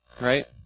right